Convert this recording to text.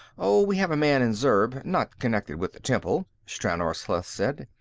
oh, we have a man in zurb, not connected with the temple, stranor sleth said.